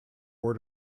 war